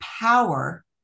power